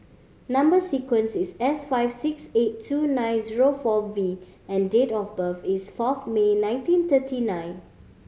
number sequence is S five six eight two nine zero four V and date of birth is fourth May nineteen thirty nine